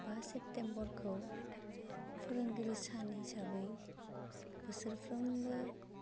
बा सेप्टेम्बरखौ फोरोंगिरि सान हिसाबै बोसोरफ्रोमबो